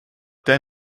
der